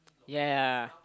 ya ya